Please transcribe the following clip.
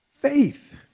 faith